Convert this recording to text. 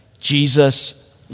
Jesus